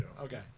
Okay